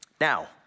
Now